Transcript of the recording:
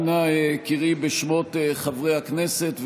אנא קראי בשמות חברי הכנסת,